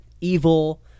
evil